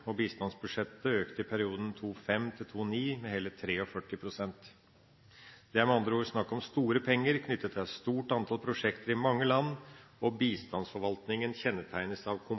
og bistandsbudsjettet økte i perioden 2005–2009 med hele 43 pst. Det er med andre ord snakk om store penger knyttet til et stort antall prosjekter i mange land. Bistandsforvaltningen kjennetegnes av